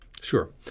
Sure